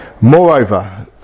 Moreover